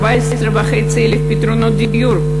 14,500 פתרונות דיור,